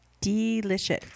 Delicious